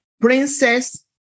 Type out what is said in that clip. princess